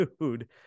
dude